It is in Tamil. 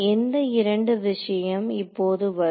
எந்த இரண்டு விஷயம் இப்போது வரும்